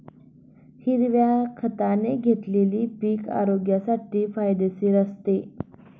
हिरव्या खताने घेतलेले पीक आरोग्यासाठी फायदेशीर असते